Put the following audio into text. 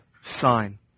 sign